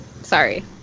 Sorry